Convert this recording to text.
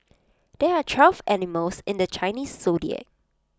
there are twelve animals in the Chinese Zodiac